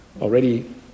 already